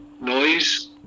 noise